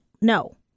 no